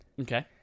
Okay